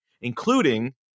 including